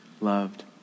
loved